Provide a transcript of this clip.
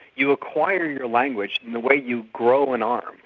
you acquire your language in the way you grow an arm.